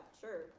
sure